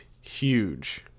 huge